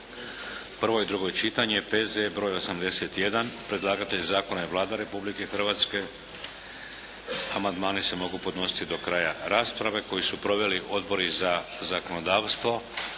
prvo i drugo čitanje, P.Z.E. br. 81 Predlagatelj zakona je Vlada Republike Hrvatske. Amandmani se mogu podnositi do kraja rasprave koju su proveli Odbori za zakonodavstvo,